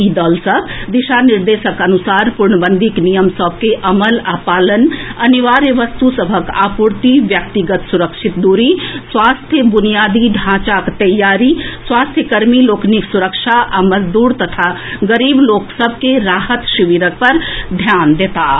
ई दल सभ दिशा निर्देशक अनुसार पूर्णबंदीक नियम सभ के अमल आ पालन अनिवार्य वस्तु सभक आपूर्ति व्यक्तिगत सुरक्षित दूरी स्वास्थ्य बुनियादी ढांचाक तैयारी स्वास्थ्य कर्मी लोकनिक सुरक्षा आ मजदूर तथा गरीब लोक सभ के राहत शिविरक स्थित पर ध्यान देताह